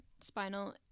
spinal